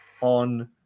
on